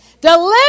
Deliver